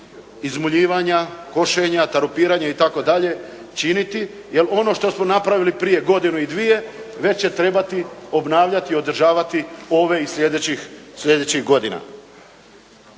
izmoljivanja, košenja, tarupiranja itd. činiti, jer ono što su napravili prije godinu i dvije neće trebati obnavljati, održavati ove i sljedećih godina.